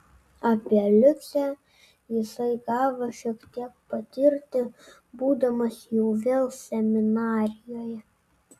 apie liucę jisai gavo šiek tiek patirti būdamas jau vėl seminarijoje